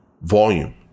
volume